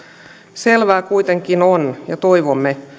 selvää kuitenkin on ja toivomme